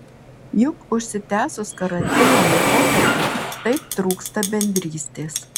juk užsitęsus karantino laikotarpiui taip trūksta bendrystės